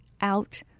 out